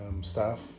staff